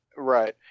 right